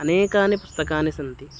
अनेकानि पुस्तकानि सन्ति